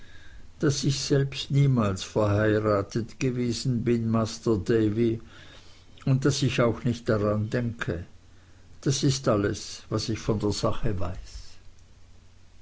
daß ich selbst niemals verheiratet gewesen bin master davy und daß ich auch nicht daran denke das ist alles was ich von der sache weiß